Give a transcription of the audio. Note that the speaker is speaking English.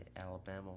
Alabama